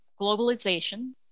globalization